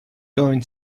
going